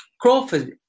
Crawford